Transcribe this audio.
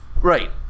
Right